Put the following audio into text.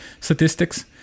statistics